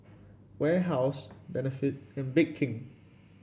Warehouse Benefit and Bake King